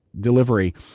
delivery